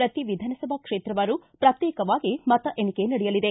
ಪ್ರತಿ ವಿಧಾನಸಭಾ ಕ್ಷೇತ್ರವಾರು ಪ್ರತ್ಯೇಕವಾಗಿ ಮತ ಎಣಿಕೆ ನಡೆಯಲಿದೆ